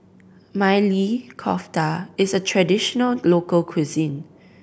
Maili Kofta is a traditional local cuisine